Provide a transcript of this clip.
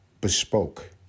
bespoke